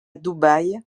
dubaï